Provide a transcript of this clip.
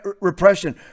repression